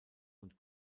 und